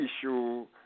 issue